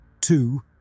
Two